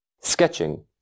sketching